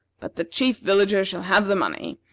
but the chief villager shall have the money.